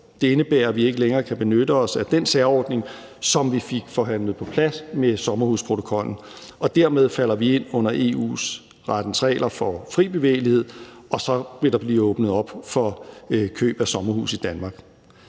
Det indebærer, at vi ikke længere kan benytte os af den særordning, som vi fik forhandlet på plads med sommerhusprotokollen, og dermed falder vi ind under EU-rettens regler for fri bevægelighed, og så vil der blive åbnet op for køb af sommerhuse i Danmark.